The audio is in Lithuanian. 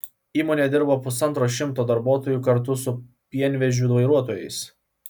įmonėje dirba pusantro šimto darbuotojų kartu su pienvežių vairuotojais